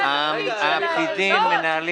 זה התפקיד שלהם.